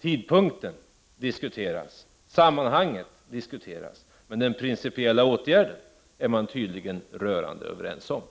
Tidpunkten diskuteras, sammanhanget diskuteras — men den principiella åtgärden är man tydligen rörande överens om.